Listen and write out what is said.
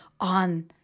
on